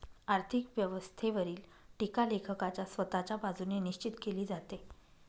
आर्थिक व्यवस्थेवरील टीका लेखकाच्या स्वतःच्या बाजूने निश्चित केली जाते